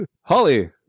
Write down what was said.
Holly